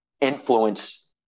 influence